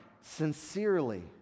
sincerely